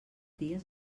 dies